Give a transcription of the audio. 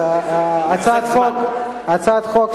אנחנו ממשיכים בסדר-היום: הצעת חוק 2075,